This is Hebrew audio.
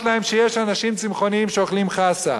להם שיש אנשים צמחונים שאוכלים חסה,